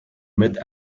mid